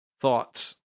thoughts